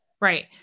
Right